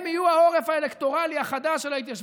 הם יהיו העורף האלקטורלי החדש של ההתיישבות,